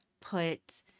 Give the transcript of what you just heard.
put